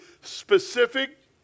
specific